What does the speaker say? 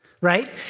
Right